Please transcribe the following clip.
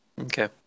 Okay